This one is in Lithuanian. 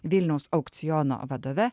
vilniaus aukciono vadove